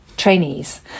trainees